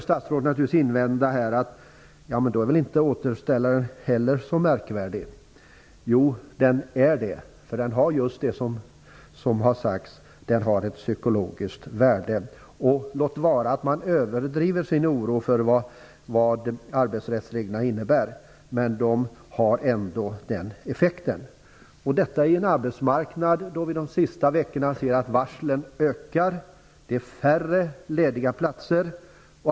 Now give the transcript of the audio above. Statsrådet kan naturligtvis invända att återställaren inte heller är så märkvärdig. Jo, den är det, därför att den har just ett psykologiskt värde. Låt vara att man överdriver sin oro för vad arbetsrättsreglerna innebär, men de har ändå den effekten. Detta sker i ett arbetsmarknadsläge där vi de senaste veckorna har sett att varslen ökar och att det är färre lediga platser.